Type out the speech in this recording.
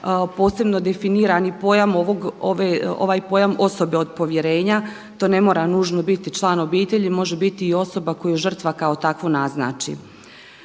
posebno i definiran pojam ovaj pojam osobe od povjerenja. To ne mora nužno biti član obitelji, može biti i osoba koju žrtva kao takvu naznači.